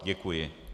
Děkuji.